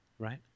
Right